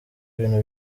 ibintu